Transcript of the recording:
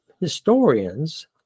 historians